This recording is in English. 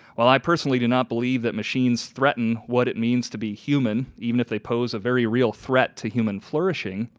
i personally do not believe that machines threaten what it means to be human even if they pose a very real threat to human flourishing.